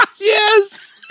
Yes